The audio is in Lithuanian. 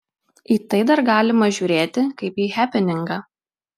į tai dar galima žiūrėti kaip į hepeningą